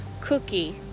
cookie